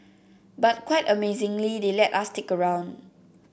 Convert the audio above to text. but quite amazingly they let us stick around